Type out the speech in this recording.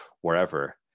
wherever